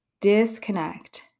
disconnect